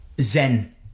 Zen